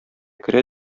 керә